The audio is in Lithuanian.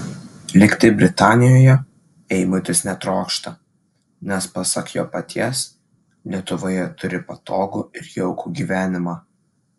likti britanijoje eimutis netrokšta nes pasak jo paties lietuvoje turi patogų ir jaukų gyvenimą